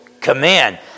command